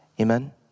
Amen